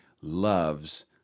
loves